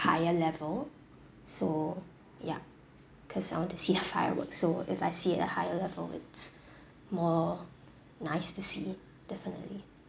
higher level so yeah because I want to see the fireworks so if I see at a higher level it's more nice to see definitely